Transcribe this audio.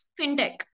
fintech